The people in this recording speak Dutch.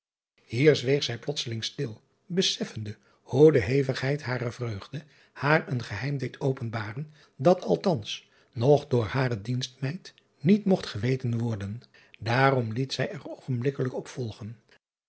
zij plotseling stil beseffende hoe de hevigheid harer vreugde haar een geheim deed openbaren dat althans nog door hare dienstmeid niet mogt geweten worden daarom liet zij er oogenblikkelijk op volgen